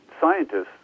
scientists